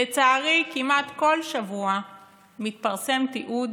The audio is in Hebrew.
לצערי, כמעט כל שבוע מתפרסם תיעוד